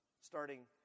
starting